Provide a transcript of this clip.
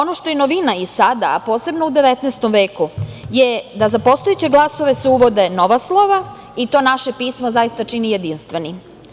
Ono što je novina i sada, a posebno u 19. veku je da za postojeće glasove se uvode nova slova i to naše pismo zaista čini jedinstvenim.